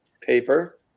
paper